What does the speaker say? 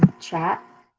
chat,